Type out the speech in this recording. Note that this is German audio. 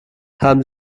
haben